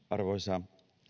arvoisa